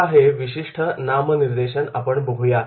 आता हे विशिष्ट नामनिर्देशन बघूया